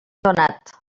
donat